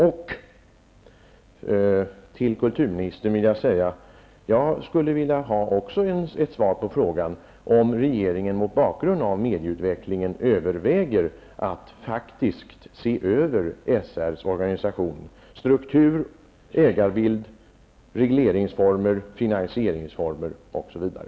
Låt mig till kulturministern säga att jag också skulle vilja ha ett svar på frågan om regeringen mot bakgrund av medieutvecklingen överväger att faktiskt se över SR:s organisation: struktur, ägarbild, regleringsformer, finansieringsformer osv.